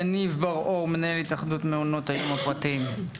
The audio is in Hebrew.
יניב בר אור, מנהל התאחדות מעונות היום הפרטיים.